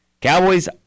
Cowboys